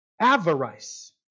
avarice